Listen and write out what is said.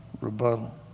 rebuttal